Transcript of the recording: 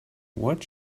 what